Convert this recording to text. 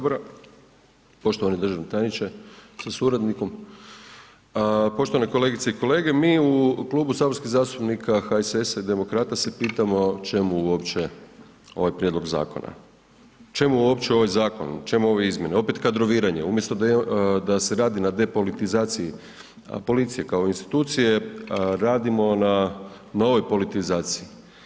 Poštovani državni tajniče sa suradnikom, poštovane kolegice i kolege, mi u Klubu saborskih zastupnika HSS-a i demokrata se pitamo čemu uopće ovaj prijedlog zakona, čemu uopće ovaj zakon, čemu ove izmjene, opet kadroviranje umjesto da se radi na depolitizaciji policije kao institucije, radimo na novoj politizaciji.